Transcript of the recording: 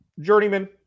Journeyman